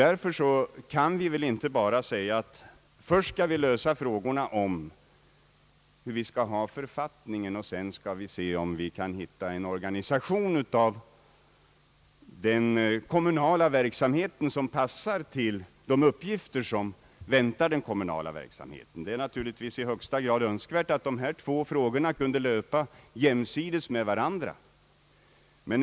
Därför kan vi väl inte bara säga att vi först skall lösa frågorna om författningen och att vi sedan skall se om vi kan hitta en organisation för den kommunala verksamheten som passar till de uppgifter som väntar denna verksamhet. Det är naturligtvis i högsta grad önskvärt att dessa två frågor kunde löpa jämsides med varandra.